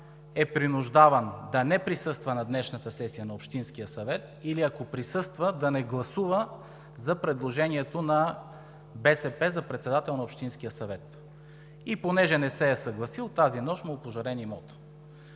е принуждаван да не присъства на днешната сесия на Общинския съвет или, ако присъства, да не гласува за предложението на БСП за председател на Общинския съвет. И понеже не се е съгласил, тази нощ му е опожарен имотът.